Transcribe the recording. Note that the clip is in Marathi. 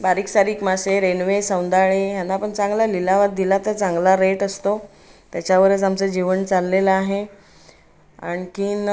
बारीक सारीक मासे रेन्वे सौंदाळे ह्यांना पण चांगला लिलावात दिला तर चांगला रेट असतो त्याच्यावरच आमचं जीवन चाललेलं आहे आणखीन